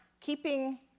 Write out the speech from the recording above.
keeping